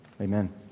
Amen